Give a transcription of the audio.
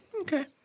Okay